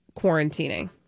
quarantining